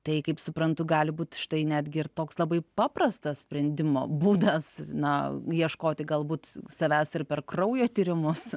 tai kaip suprantu gali būt štai netgi toks labai paprastas sprendimo būdas na ieškoti galbūt savęs ir per kraujo tyrimus